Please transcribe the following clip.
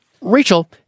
Rachel